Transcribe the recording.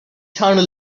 sounded